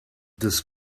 this